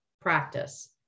practice